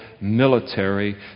military